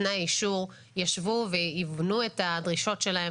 נותני האישור ישבו ויבנו את הדרישות שלהם